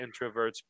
Introverts